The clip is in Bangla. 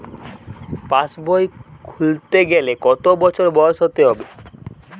পাশবই খুলতে গেলে কত বছর বয়স হতে হবে?